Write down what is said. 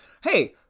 hey